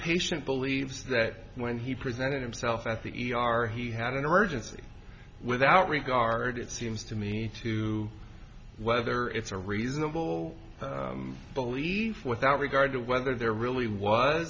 patient believes that when he presented himself at the e r he had an emergency without regard it seems to me to whether it's a reasonable belief without regard to whether there really